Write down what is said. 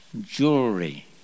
jewelry